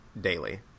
daily